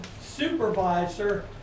supervisor